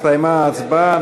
הסתיימה ההצבעה,